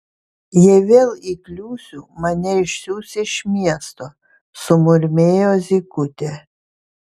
jei vėl įkliūsiu mane išsiųs iš miesto sumurmėjo zykutė